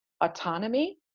autonomy